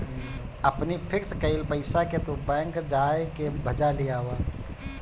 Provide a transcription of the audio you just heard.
अपनी फिक्स कईल पईसा के तू बैंक जाई के भजा लियावअ